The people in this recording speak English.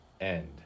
end